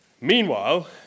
Meanwhile